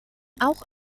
auch